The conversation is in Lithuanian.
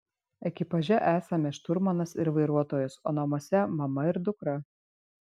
ekipaže esame šturmanas ir vairuotojas o namuose mama ir dukra